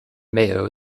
mayo